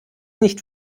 nicht